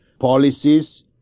policies